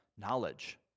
knowledge